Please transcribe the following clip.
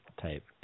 type